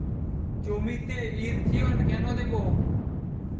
জমিতে ইরথিয়ন কেন দেবো?